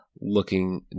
looking